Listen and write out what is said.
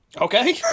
Okay